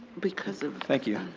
because of thank you.